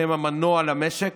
שהם המנוע למשק,